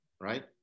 right